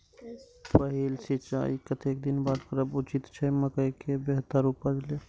पहिल सिंचाई कतेक दिन बाद करब उचित छे मके के बेहतर उपज लेल?